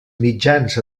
mitjans